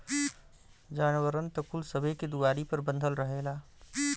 जानवरन त कुल सबे के दुआरी पर बँधल रहेला